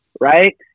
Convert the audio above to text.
right